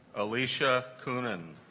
alicia coonan